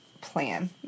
plan